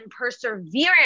perseverance